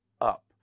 up